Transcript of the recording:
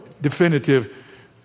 definitive